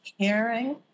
caring